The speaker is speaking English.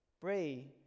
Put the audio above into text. pray